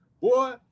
Boy